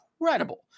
incredible